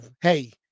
hey